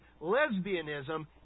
lesbianism